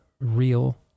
real